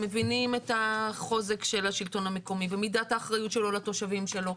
אנחנו מבינים את החוזק של השלטון המקומי ומידת האחריות שלו לתושבים שלו,